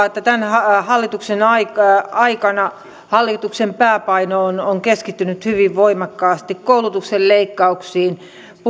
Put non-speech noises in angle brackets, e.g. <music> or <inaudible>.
<unintelligible> että tämän hallituksen aikana hallituksen pääpaino on on keskittynyt hyvin voimakkaasti koulutuksen leikkauksiin